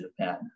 Japan